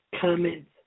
comments